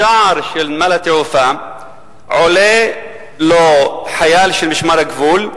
בשער של נמל התעופה עולה חייל של משמר הגבול,